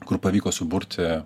kur pavyko suburti